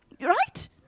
right